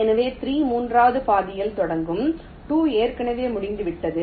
எனவே 3 மூன்றாவது பாதையில் தொடங்கும் 2 ஏற்கனவே முடிந்துவிட்டது